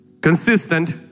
consistent